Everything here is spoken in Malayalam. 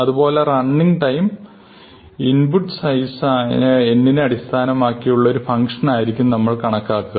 അതുപോലെ റണ്ണിംഗ് ടൈം ഇൻപുട്ട് സൈസായ n അടിസ്ഥാനമാക്കി ഉള്ള ഒരു ഫങ്ക്ഷൻ ആയിരിക്കും നമ്മൾ കണക്കാക്കുക